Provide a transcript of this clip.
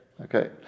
okay